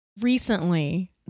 recently